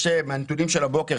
מהנתונים של הבוקר,